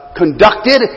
conducted